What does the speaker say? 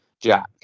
jack